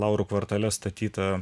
laurų kvartale statyta